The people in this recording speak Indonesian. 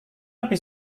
lebih